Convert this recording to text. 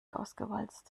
ausgewalzt